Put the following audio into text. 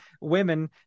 Women